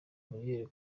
bariyeri